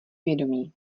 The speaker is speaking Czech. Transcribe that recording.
vědomí